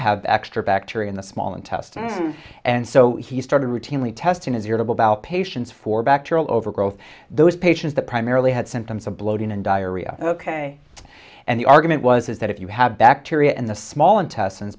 have extra bacteria in the small intestine and so he started routinely testing his irritable bowel patients for bacterial overgrowth those patients that primarily had symptoms of bloating and diarrhea ok and the argument was is that if you have bacteria in the small intestines